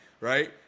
right